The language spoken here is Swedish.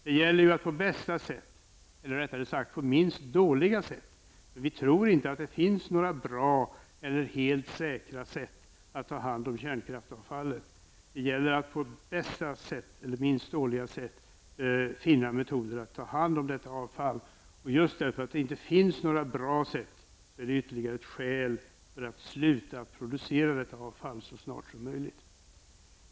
Det gäller ju att på bästa sätt -- eller rättare sagt minst dåliga sätt, för vi tror ingalunda att det finns något bra eller ''helt säkert'' sätt -- att ta hand om kärnkraftsavfallet. Just att det inte finns några bra sätt är ytterligare ett skäl för att sluta producera detta avfall så snart som möjligt.